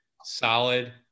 solid